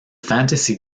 fantasy